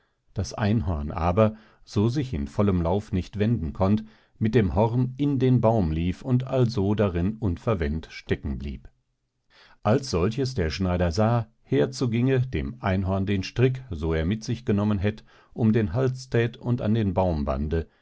das einhorn aber so sich in vollem lauf nicht wenden konnt mit dem horn in den baum lief und also darin unverwendt stecken blieb als solches der schneider sah herzuginge dem einhorn den strick so er mit sich genommen hätt um den hals thät und an den baum